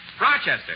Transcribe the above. Rochester